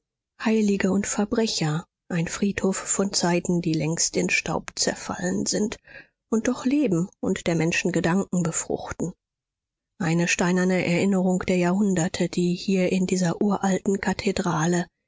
heilige und verbrecher ein friedhof von zeiten die längst in staub zerfallen sind und doch leben und der menschen gedanken befruchten eine steinerne erinnerung der jahrhunderte die hier in dieser uralten kathedrale